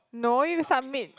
no you submit